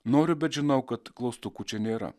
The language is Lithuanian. noriu bet žinau kad klaustukų čia nėra